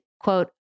quote